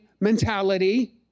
mentality